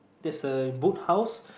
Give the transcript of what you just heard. there's a Book House